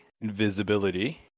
invisibility